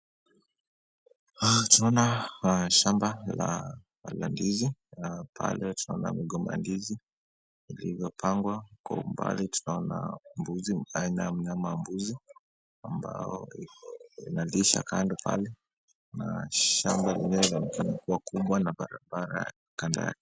Tunaona shamba la ndizi na pale tunaona migomba ya ndizi iliyopandwa. Kwa umbali tunaona aina ya mnyama mbuzi ambao analishwa kando pale na shamba lenyewe linaonekana kuwa kubwa na barabara kando yake.